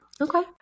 Okay